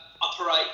operate